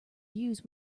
use